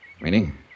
Meaning